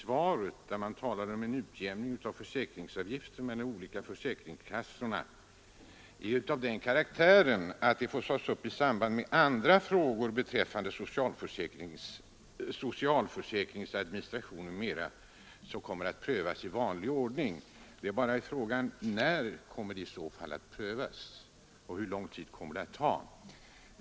Där heter det att frågan om en utjämning av sjukförsäkringsavgifterna mellan de olika försäkringskassorna är av den karaktären att den får tas upp i samband med andra frågor beträffande socialförsäkringens administration m.m. som kommer att prövas i särskild ordning. Frågan är bara: När kommer i så fall denna prövning att ske och hur lång tid kommer den att ta?